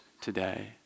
today